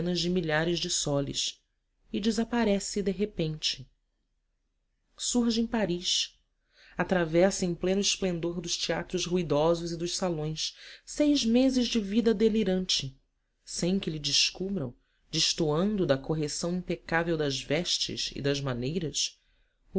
de milhares de soles e desaparece de repente surge em paris atravessa em pleno esplendor dos teatros ruidosos e dos salões seis meses de vida delirante sem que lhe descubram destoando da correção impecável das vestes e das maneiras